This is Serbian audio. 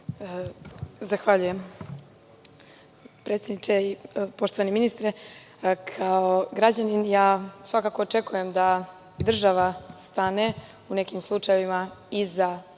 Zahvaljujem predsedniče i poštovani ministre. Kao građanin, svakako očekujem da država stane u nekim slučajevima iza mene